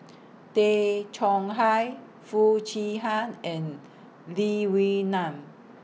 Tay Chong Hai Foo Chee Han and Lee Wee Nam